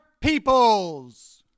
Peoples